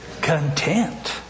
content